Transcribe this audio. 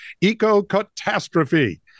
Eco-catastrophe